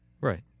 Right